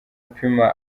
upima